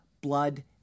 blood